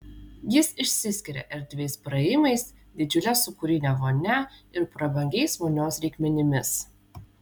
jis išsiskiria erdviais praėjimais didžiule sūkurine vonia ir prabangiais vonios reikmenimis